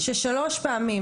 ששלוש פעמים,